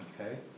Okay